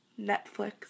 Netflix